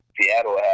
Seattle